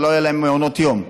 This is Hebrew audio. אבל לא היו להן מעונות יום.